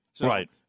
Right